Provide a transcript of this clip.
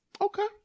Okay